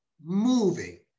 moving